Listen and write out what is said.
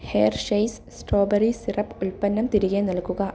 Hershey's strawberry syrup ഉൽപ്പന്നം തിരികെ നൽകുക